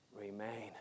remain